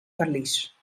verlies